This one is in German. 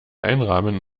einrahmen